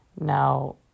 Now